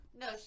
No